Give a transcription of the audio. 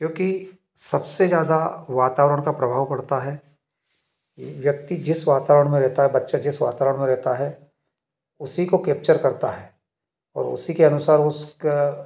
क्योंकि सबसे ज़्यादा वातावरण का प्रभाव पड़ता है ये व्यक्ति जिस वातावरण में रहता है बच्चा जिस वातावरण में रहता है उसी को कैप्चर करता है और उसी के अनुसार उसका